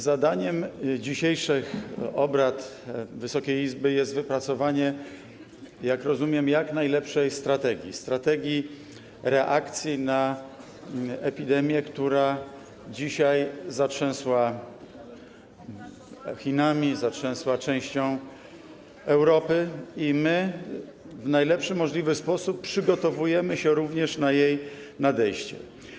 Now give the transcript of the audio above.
Zadaniem dzisiejszych obrad Wysokiej Izby jest, jak rozumiem, wypracowanie jak najlepszej strategii - strategii reakcji na epidemię, która dzisiaj zatrzęsła Chinami, zatrzęsła częścią Europy, i my w najlepszy możliwy sposób przygotowujemy się również na jej nadejście.